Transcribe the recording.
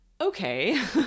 okay